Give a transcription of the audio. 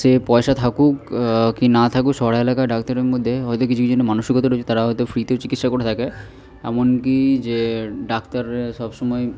সে পয়সা থাকুক কি না থাকুক শহরে এলাকায় ডাক্তারের মধ্যে হয়তো কিছুজনের মানসিকতা হয়েছে তারা হয়তো ফ্রিতেও চিকিৎসা করে থাকে এমনকি যে ডাক্তাররা স বসময়